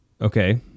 Okay